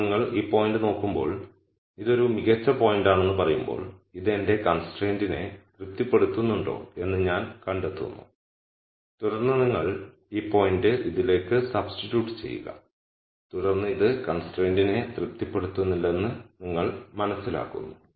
ഇപ്പോൾ നിങ്ങൾ ഈ പോയിന്റ് നോക്കുമ്പോൾ ഇത് ഒരു മികച്ച പോയിന്റാണെന്ന് പറയുമ്പോൾ ഇത് എന്റെ കൺസ്ട്രയിന്റ്നെ തൃപ്തിപ്പെടുത്തുന്നുണ്ടോ എന്ന് ഞാൻ കണ്ടെത്തുന്നു തുടർന്ന് നിങ്ങൾ ഈ പോയിന്റ് ഇതിലേക്ക് സബ്സ്റ്റിട്യൂട്ട് ചെയ്യുക തുടർന്ന് ഇത് കൺസ്ട്രയിന്റ്നെ തൃപ്തിപ്പെടുത്തുന്നില്ലെന്ന് നിങ്ങൾ മനസ്സിലാക്കുന്നു